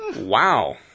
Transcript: Wow